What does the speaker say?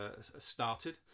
started